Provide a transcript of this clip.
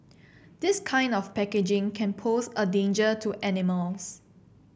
this kind of packaging can pose a danger to animals